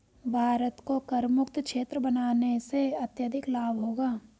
भारत को करमुक्त क्षेत्र बनाने से अत्यधिक लाभ होगा